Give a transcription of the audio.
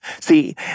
see